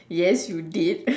yes you did